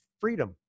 freedom